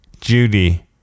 Judy